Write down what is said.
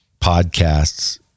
podcasts